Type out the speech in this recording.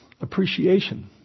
appreciation